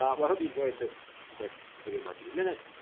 um well, i hope you enjoyed this quick video marketing minute.